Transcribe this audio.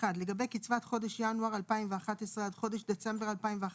לגבי קצבת חודש ינואר 2011 עד חודש דצמבר 2011